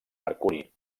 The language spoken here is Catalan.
mercuri